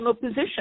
position